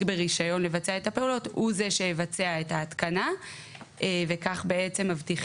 ברישיון לבצע את הפעולות הוא זה שיבצע את ההתקנה וכך מבטיחים